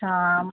अच्छा